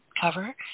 cover